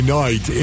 night